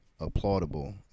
applaudable